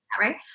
right